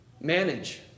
manage